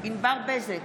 ענבר בזק,